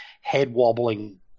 head-wobbling